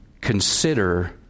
consider